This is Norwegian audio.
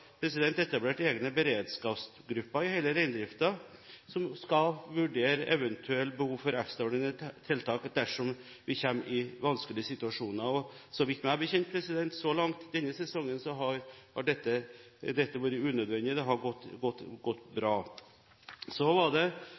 etablert egne beredskapsgrupper i hele reindriften som skal vurdere eventuelle behov for ekstraordinære tiltak dersom en kommer i vanskelige situasjoner. Så vidt jeg vet, i denne sesongen har dette vært unødvendig – det har gått